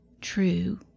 true